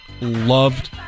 loved